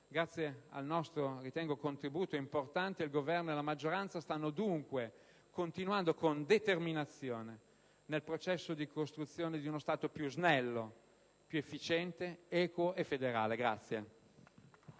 grazie al nostro importante contributo, il Governo e la maggioranza stanno dunque continuando con determinazione nel processo di costruzione di uno Stato più snello, più efficiente, equo e federale*.